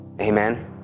amen